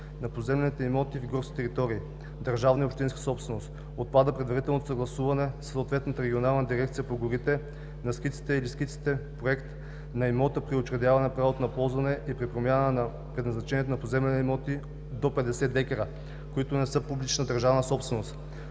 за поземлени имоти в горските територии – държавна и общинска собственост. Отпада предварителното съгласуване със съответната регионална дирекция по горите на скиците или скиците-проект на имота при учредяване право на ползване и при промяна на предназначението на поземлени имоти до 50 декара, които не са публична държавна собственост.